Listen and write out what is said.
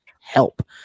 help